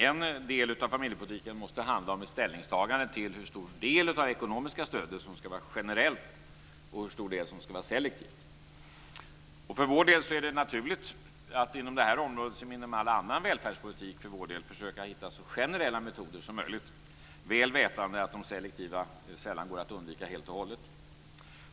En del av familjepolitiken handlar om ett ställningstagande till hur stor del av det ekonomiska stödet som ska vara generell och hur stor del som ska vara selektiv. För vår del är det naturligt att inom det här området, som inom all annan välfärdspolitik för vår del, försöka hitta så generella metoder som möjligt - väl vetande att det sällan går att helt undvika de selektiva.